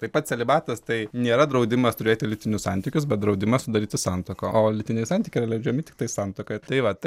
taip pat celibatas tai nėra draudimas turėti lytinius santykius bet draudimas sudaryti santuoką o lytiniai santykiai yra leidžiami tiktais santuokoje tai va tai